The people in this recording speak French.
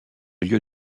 lieu